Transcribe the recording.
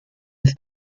with